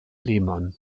lehmann